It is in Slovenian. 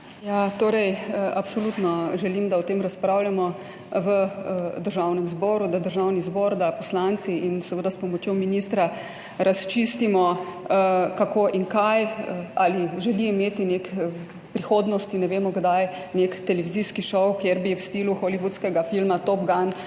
Ja, absolutno želim, da o tem razpravljamo v Državnem zboru, da Državni zbor, poslanci, seveda s pomočjo ministra, razčistimo, kako in kaj, ali želimo imeti v prihodnosti, ne vemo, kdaj, nek televizijski šov, kjer bi v stilu hollywoodskega filma Top Gun